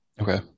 Okay